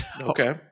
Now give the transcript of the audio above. Okay